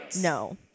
No